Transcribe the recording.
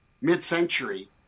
mid-century